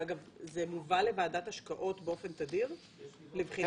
אגב, זה מובא לוועדת השקעות באופן תדיר, לבחינה?